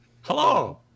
Hello